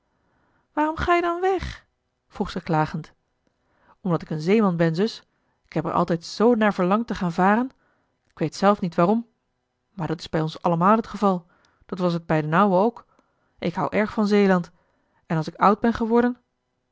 waarom ga-je dan weg vroeg ze klagend omdat ik een zeeman ben zus ik heb er altijd zoo naar verlangd te gaan varen k weet zelf niet waarom maar dat is bij ons allemaal t geval dat was het bij d'n ouwe ook ik houd erg van zeeland en als ik oud ben geworden